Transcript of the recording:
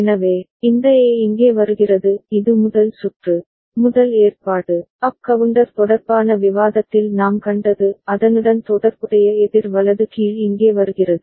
எனவே இந்த A இங்கே வருகிறது இது முதல் சுற்று முதல் ஏற்பாடு அப் கவுண்டர் தொடர்பான விவாதத்தில் நாம் கண்டது அதனுடன் தொடர்புடைய எதிர் வலது கீழ் இங்கே வருகிறது